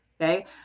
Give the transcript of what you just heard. okay